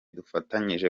dufatanyije